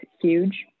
huge